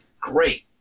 Great